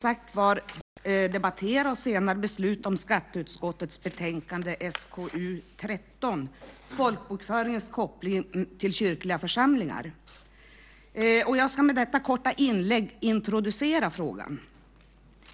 Fru talman! Riksdagen ska nu debattera och senare besluta om skatteutskottets betänkande SkU13, Folkbokföringens koppling till kyrkliga församlingar . Jag ska med detta korta inlägg introducera frågan.